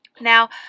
now